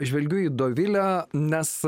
žvelgiu į dovilę nes